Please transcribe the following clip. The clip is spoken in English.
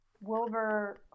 Wilbur